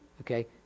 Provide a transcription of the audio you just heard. Okay